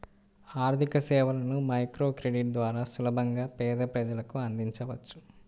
ఆర్థికసేవలను మైక్రోక్రెడిట్ ద్వారా సులభంగా పేద ప్రజలకు అందించవచ్చు